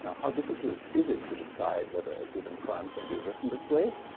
how difficult is it to decide whether a given prime can be written this way?